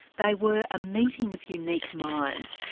they were a meeting of unique minds.